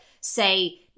say